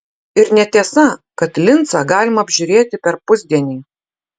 ir netiesa kad lincą galima apžiūrėti per pusdienį